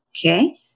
okay